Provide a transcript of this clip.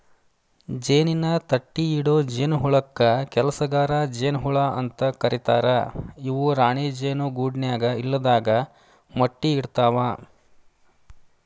ಜೇನಿನ ತಟ್ಟಿಇಡೊ ಜೇನಹುಳಕ್ಕ ಕೆಲಸಗಾರ ಜೇನ ಹುಳ ಅಂತ ಕರೇತಾರ ಇವು ರಾಣಿ ಜೇನು ಗೂಡಿನ್ಯಾಗ ಇಲ್ಲದಾಗ ಮೊಟ್ಟಿ ಇಡ್ತವಾ